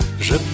Je